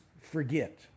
forget